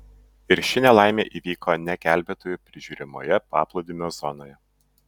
ir ši nelaimė įvyko ne gelbėtojų prižiūrimoje paplūdimio zonoje